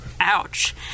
ouch